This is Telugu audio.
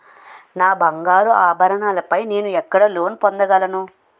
నా బంగారు ఆభరణాలపై నేను ఎక్కడ లోన్ పొందగలను?